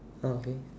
oh okay